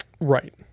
right